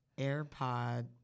AirPod